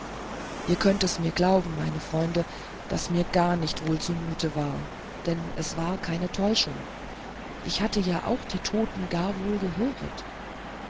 ihr könnt es mir glauben meine freunde daß mir gar nicht wohl zumut war denn es war keine täuschung ich hatte ja auch die toten gar wohl gehöret